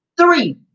Three